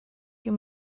you